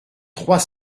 trois